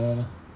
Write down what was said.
uh